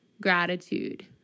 gratitude